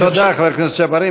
תודה, חבר הכנסת ג'בארין.